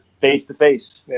face-to-face